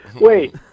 Wait